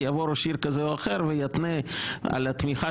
כי יבוא ראש עיר כזה או אחר ויתנה את התמיכה